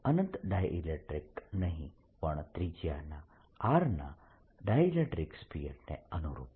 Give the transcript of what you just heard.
અનંત dielectric નહીં પણ ત્રિજ્યા R ના ડાયઈલેક્ટ્રીક સ્ફીયરને અનુરૂપ